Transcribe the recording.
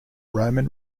roman